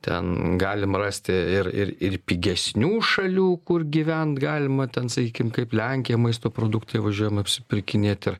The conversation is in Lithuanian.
ten galima rasti ir ir ir pigesnių šalių kur gyvent galima ten sakykim kaip lenkija maisto produktai važiuojam apsipirkinėti